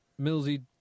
Millsy